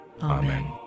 Amen